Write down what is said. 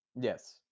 Yes